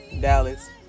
Dallas